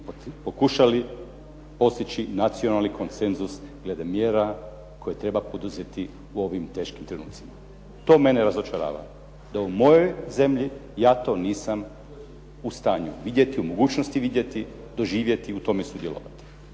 pokušali postići nacionalni konsenzus glede mjera koje treba poduzeti u ovim teškim trenucima. To mene razočarava da u mojoj zemlji ja to nisam u stanju vidjeti, u mogućnosti vidjeti, doživjeti, u tome sudjelovati.